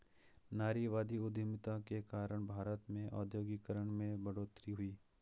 नारीवादी उधमिता के कारण भारत में औद्योगिकरण में बढ़ोतरी हुई